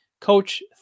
coach